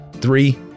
Three